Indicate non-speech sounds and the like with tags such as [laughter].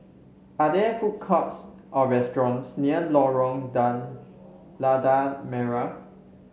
are there food courts or restaurants near Lorong [unintelligible] Lada Merah